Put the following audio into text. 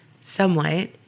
somewhat